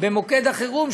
במוקד החירום,